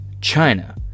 China